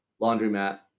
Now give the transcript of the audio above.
laundromat